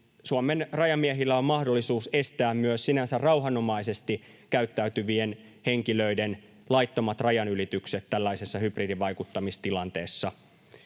Suomen rajamiehillä on mahdollisuus estää myös sinänsä rauhanomaisesti käyttäytyvien henkilöiden laittomat rajanylitykset tällaisessa hybridivaikuttamistilanteessa.